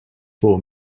for